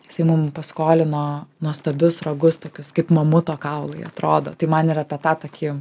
jisai mum paskolino nuostabius ragus tokius kaip mamuto kaulai atrodo tai man ir apie tą tokį